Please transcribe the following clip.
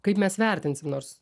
kaip mes vertinsim nors